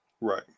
Right